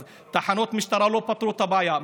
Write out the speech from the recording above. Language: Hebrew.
אז תחנות המשטרה לא פתרו את הבעיה.